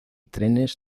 trenes